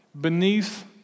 beneath